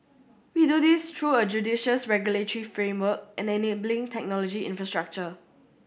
we do this through a judicious regulatory framework and enabling technology infrastructure